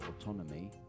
autonomy